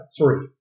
Three